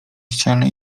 ścianę